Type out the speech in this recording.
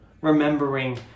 Remembering